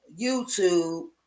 YouTube